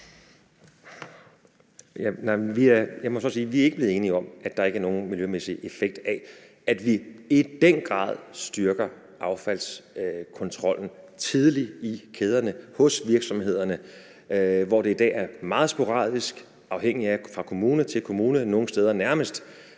at vi ikke er blevet enige om, at der ikke er nogen miljømæssig effekt af, at vi i den grad styrker affaldskontrollen tidligt i kæderne hos virksomhederne, hvor det i dag er meget sporadisk og forskelligt fra kommune til kommune, nogle steder nærmest